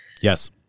Yes